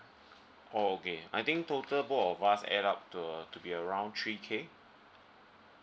oh okay I think total both of us add up to uh to be around three K